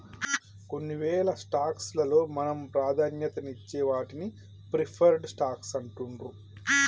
కొన్నివేల స్టాక్స్ లలో మనం ప్రాధాన్యతనిచ్చే వాటిని ప్రిఫర్డ్ స్టాక్స్ అంటుండ్రు